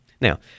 Now